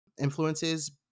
influences